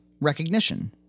Recognition